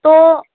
تو